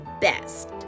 best